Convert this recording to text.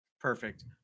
Perfect